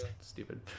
stupid